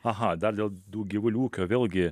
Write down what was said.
aha dar dėl tų gyvulių ūkio vėlgi